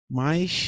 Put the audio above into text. mas